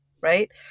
right